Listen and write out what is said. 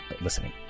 listening